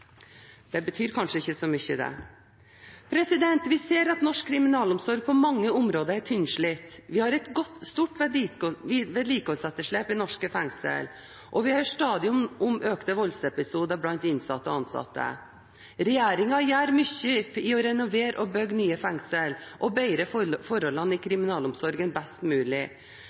Det betyr kanskje ikke så mye? Vi ser at norsk kriminalomsorg på mange områder er tynnslitt. Vi har et stort vedlikeholdsetterslep i norske fengsler, og vi hører stadig om økt antall voldsepisoder blant innsatte og ansatte. Regjeringen gjør mye både ved å renovere og bygge nye fengsler og ved å bedre forholdene i kriminalomsorgen mest mulig.